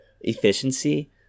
efficiency